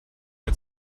der